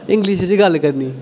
English च गल्ल करनी